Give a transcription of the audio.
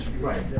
Right